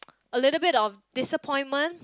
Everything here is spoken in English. a little bit of disappointment